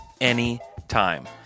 anytime